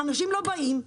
אנשים לא באים,